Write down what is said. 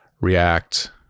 react